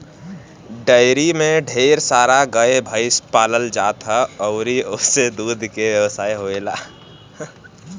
dairy में ढेर सारा गाए भइस पालल जात ह अउरी ओसे दूध के व्यवसाय होएला